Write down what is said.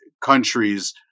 countries